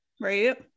right